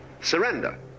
surrender